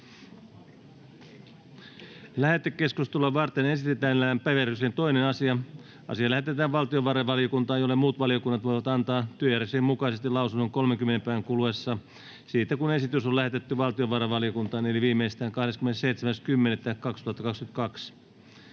Lähetekeskustelua varten esitellään päiväjärjestyksen 2. asia. Asia lähetetään valtiovarainvaliokuntaan, jolle muut valiokunnat voivat antaa työjärjestyksen mukaisesti lausunnon 30 päivän kuluessa siitä, kun esitys on lähetetty valtiovarainvaliokuntaan, eli viimeistään 27.10.2022.